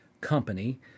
company